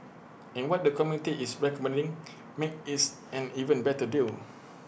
and what the committee is recommending makes its an even better deal